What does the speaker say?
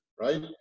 right